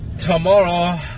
Tomorrow